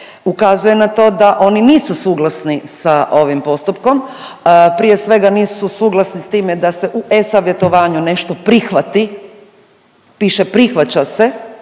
ukazuje na to da oni nisu suglasni sa ovim postupkom, prije svega, nisu suglasni s time da se u e-Savjetovanju nešto prihvati, piše prihvaća se,